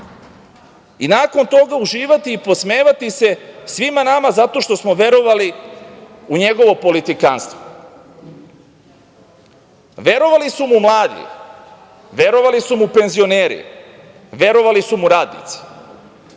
i nakon toga uživati i podsmevati se svima nama zato što smo verovali u njegovo politikanstvo. Verovali su mu mladi. Verovali su mu penzioneri. Verovali su mu